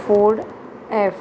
ford F